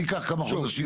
זה ייקח כמה חודשים.